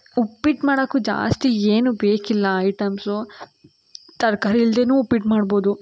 ಉಪ್ಪಿಟ್ಟು ಮಾಡೋಕ್ಕು ಜಾಸ್ತಿ ಏನು ಬೇಕಿಲ್ಲ ಐಟಮ್ಸು ತರಕಾರಿ ಇಲ್ದೆಯೂ ಉಪ್ಪಿಟ್ಟು ಮಾಡ್ಬೋದು